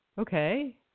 okay